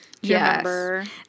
Yes